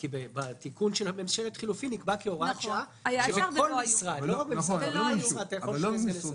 בתיקון של ממשלת החילופין נקבע כהוראת שעה שבכל משרד אפשר למנות.